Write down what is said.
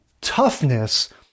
toughness